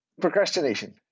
procrastination